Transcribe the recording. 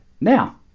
Now